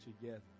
together